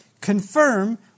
confirm